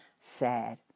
sad